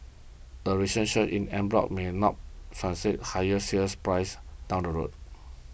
the recent surge in en bloc may or not fancy higher sale prices down the road